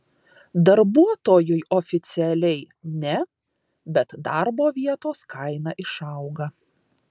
darbuotojui oficialiai ne bet darbo vietos kaina išauga